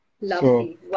Lovely